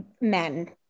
men